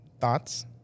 Thoughts